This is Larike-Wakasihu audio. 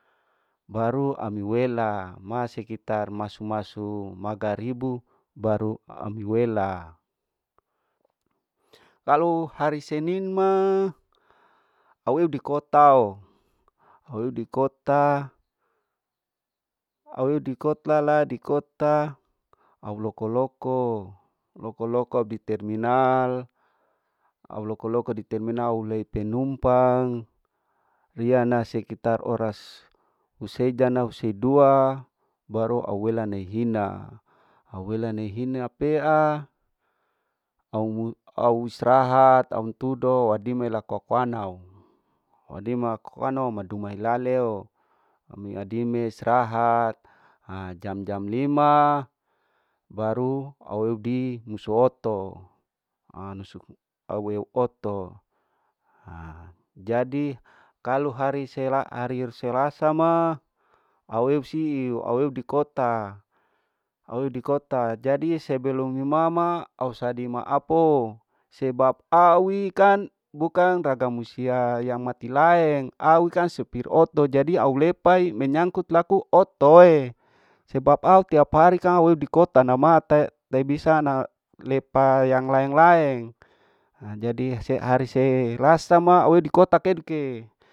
Baru ami wela ma sekitar maso maso magaribu baru ami wela, kalu hari senin ma au eu di kotao, au eu dikota, au eu dikota la dikota au loko lokoo, loko loko di terminal, au loko loko di terminal ulei penumpang riya na sekitar oras husedana huseidua baru au wela nei hina wela neihina pea au mu au istrahat au untudo wadime laku aku anau, wanime laku aku anau wadime heilaleo, ami adime strahat ha jam jam lima baru au eudi musi oto anusu aweu oto ha jadi kalau hari sela harir selasa ma au eu siu au eu dikota, au eu dikota jadi sebelum imama au sadi maapo sebab au ikan bukan tagal musia yang mati laeng au kan sipir oto jadi au lepai imenyangkut laku otoe sebab au kan tiap hari kan au eu dikota nama tai taibisa na lepa yang laeng laeng, ha jadi se hari selasa ma au eu dikota keduke.